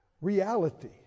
Reality